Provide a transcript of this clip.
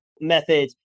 methods